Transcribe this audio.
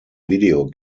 video